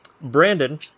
Brandon